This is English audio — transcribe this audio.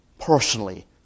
personally